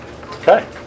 Okay